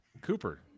Cooper